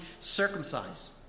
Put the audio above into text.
circumcised